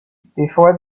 before